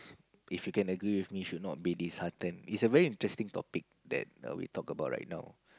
if you can agree with me should not be disheartened it's a very interesting topic that we talk about right now